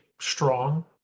strong